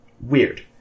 Weird